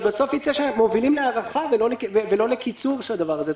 בסוף יצא שאנחנו מובילים להארכה ולא לקיצור של הדבר הזה.